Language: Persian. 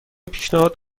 پیشنهاد